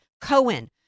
Cohen